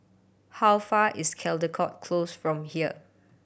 how far is Caldecott Close from here